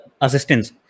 assistance